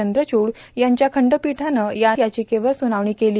चंद्रचूड यांच्या खंडपीठानं या नवहित याचिकेवर सुनावणी केली